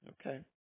Okay